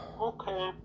Okay